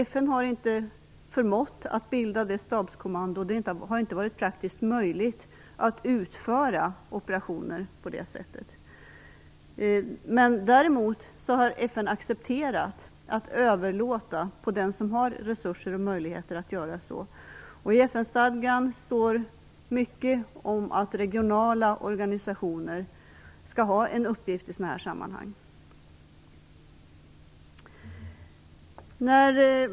FN har inte förmått att bilda ett sådant stabskommando, och det har inte varit praktiskt möjligt att utföra operationer på detta sätt. Däremot har FN accepterat att överlåta sådana på en part som har resurser och möjligheter att utföra dessa. I FN-stadgan står mycket om att regionala organisationer skall ha en uppgift i sådana här sammanhang.